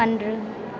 அன்று